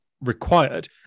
required